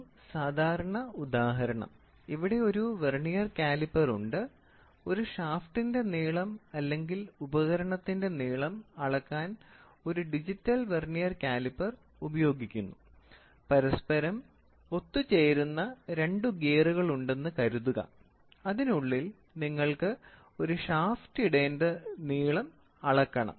ഒരു സാധാരണ ഉദാഹരണം ഇവിടെ ഒരു വെർനിയർ കാലിപ്പർ ഉണ്ട് ഒരു ഷാഫ്റ്റിന്റെ നീളം അല്ലെങ്കിൽ ഉപകരണത്തിന്റെ നീളം അളക്കാൻ ഒരു ഡിജിറ്റൽ വെർനിയർ കാലിപ്പർ ഉപയോഗിക്കുന്നു പരസ്പരം ഒത്തുചേരുന്ന 2 ഗിയറുകളുണ്ടെന്ന് കരുതുക അതിനുള്ളിൽ നിങ്ങൾക്ക് ഒരു ഷാഫ്റ്റ് ഇടേണ്ട നീളം അളക്കണം